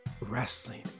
wrestling